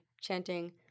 chanting